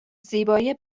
زیبایی